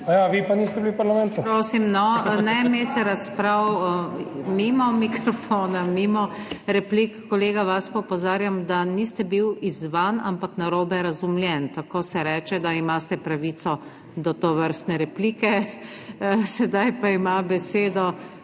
PODPREDSEDNICA NATAŠA SUKIČ: Prosim, no, ne imejte razprav mimo mikrofona, mimo replik. Kolega, vas pa opozarjam, da niste bili izzvani, ampak narobe razumljeni. Tako se reče, da imate pravico do tovrstne replike. Sedaj pa ima besedo